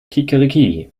kikeriki